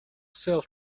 sells